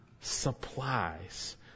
supplies